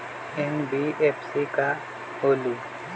NBFC का होलहु?